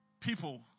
people